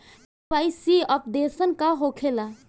KYC updation का होखेला?